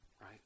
right